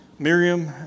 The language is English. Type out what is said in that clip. Miriam